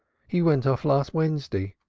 he went off last wednesday.